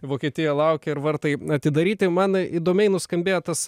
vokietija laukia ir vartai atidaryti man įdomiai nuskambėjo tas